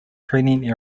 training